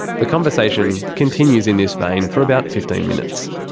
the conversation continues in this vein for about fifteen minutes.